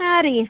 ಹಾಂ ರೀ